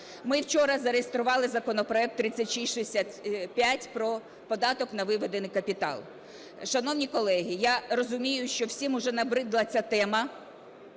Ми вчора зареєстрували законопроект 3665 про податок на виведений капітал. Шановні колеги, я розумію, що всім уже набридла ця тема,